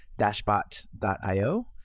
dashbot.io